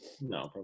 No